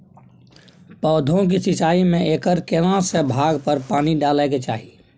पौधों की सिंचाई में एकर केना से भाग पर पानी डालय के चाही?